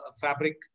fabric